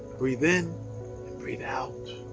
breathe in and breathe out.